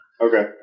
Okay